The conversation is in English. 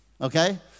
okay